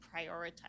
prioritize